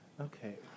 Okay